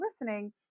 listening